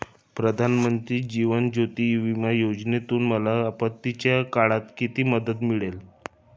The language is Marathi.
प्रधानमंत्री जीवन ज्योती विमा योजनेतून मला आपत्तीच्या काळात किती मदत मिळेल?